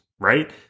right